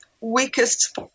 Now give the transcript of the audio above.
weakest